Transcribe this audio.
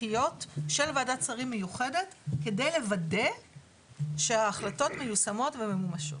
איטיות של ועדת שרים מיוחדת כדי לוודא שההחלטות מיושמות וממומשות.